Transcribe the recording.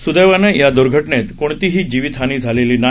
सुदैवाने या दुर्घटनेत कोणतीही जीवितहानी झालेली नाही